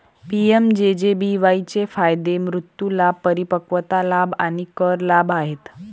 PMJJBY चे फायदे मृत्यू लाभ, परिपक्वता लाभ आणि कर लाभ आहेत